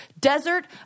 desert